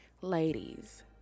Ladies